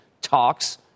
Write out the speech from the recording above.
talks